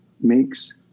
makes